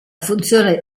funzione